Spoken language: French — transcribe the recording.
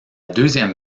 deuxième